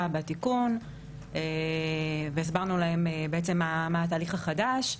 בתיקון והסברנו להם מה התהליך החדש.